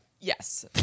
Yes